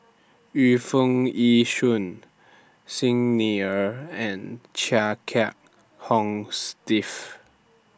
Yu Foo Yee Shoon Xi Ni Er and Chia Kiah Hong Steve